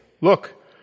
Look